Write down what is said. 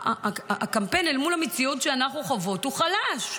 הקמפיין אל מול המציאות שאנחנו חוות הוא חלש.